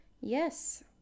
yes